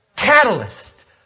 Catalyst